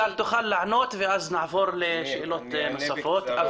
ותוכל לענות ואז נעבור לשאלות נוספות.